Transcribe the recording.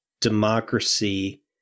democracy